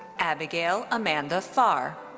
abigail amanda far.